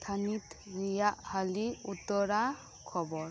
ᱛᱷᱟᱱᱤᱛ ᱨᱮᱭᱟᱜ ᱦᱟᱞᱤ ᱩᱛᱟᱹᱨᱟᱜ ᱠᱷᱚᱵᱚᱨ